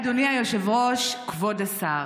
אדוני היושב-ראש, כבוד השר,